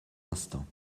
instants